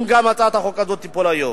אם גם הצעת החוק הזאת תיפול היום.